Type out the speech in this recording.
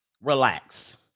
Relax